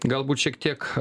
galbūt šiek tiek